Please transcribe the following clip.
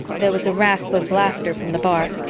there was a rasp of laughter from the bar.